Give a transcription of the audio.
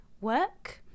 work